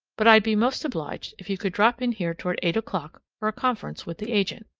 but i'd be most obliged if you'd drop in here toward eight o'clock for a conference with the agent.